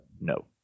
No